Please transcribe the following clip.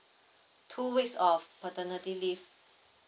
two weeks of paternity leave